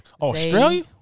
Australia